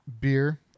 beer